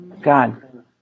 God